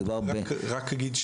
מדובר --- אני רק אגיד,